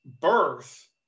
birth